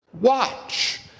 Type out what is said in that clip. Watch